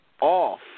off